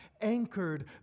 anchored